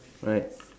right